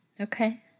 Okay